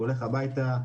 הולך הביתה,